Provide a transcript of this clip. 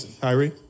Kyrie